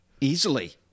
Easily